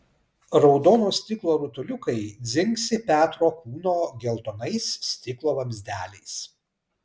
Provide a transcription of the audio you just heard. raudono stiklo rutuliukai dzingsi petro kūno geltonais stiklo vamzdeliais